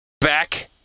Back